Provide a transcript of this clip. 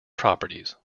properties